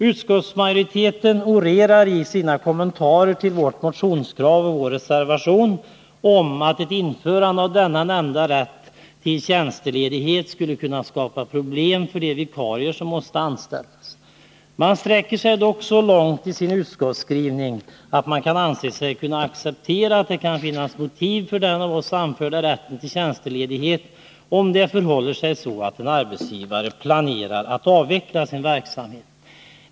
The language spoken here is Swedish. Utskottsmajoriteten orerar i sina kommentarer till vårt motionskrav om att ett införande av denna rätt till tjänstledighet skulle kunna skapa problem för de vikarier som måste anställas. Man sträcker sig dock så långt i sin skrivning att man anser sig kunna acceptera att det kan finnas motiv för den av oss begärda rätten till tjänstledighet, om en arbetsgivare planerar att avveckla sin verksamhet.